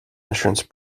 insurance